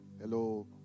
Hello